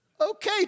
Okay